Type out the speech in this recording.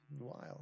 Wild